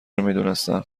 میدونستم